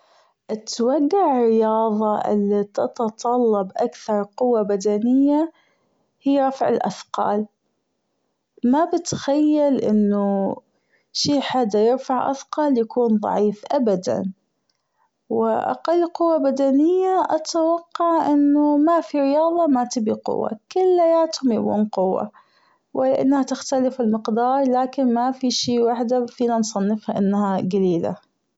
بتوجع الرياظة اللي بتتطلب أكثر قوة بدنية هي رفع الأثقال مابتخيل أنه شي حدا يرفع أثقال يكون ضعيف أبدا وأقل قوة بدنية أتوقع أنه ما في رياظة ما تبي قوة بدنية كلياتهم يبون قوة و انها تختلف المقدار لكن ما في شي واحدة فينا نصنفها أنها جليلة.